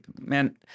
Man